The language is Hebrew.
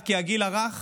כי הגיל הרך